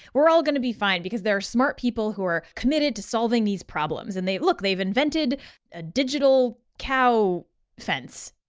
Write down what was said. we're all gonna be fine, because there are smart people who are committed to solving these problems and look, they've invented a digital cow fence.